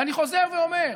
ואני חוזר ואומר: